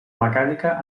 mecànica